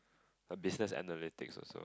a business analytics also